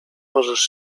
możesz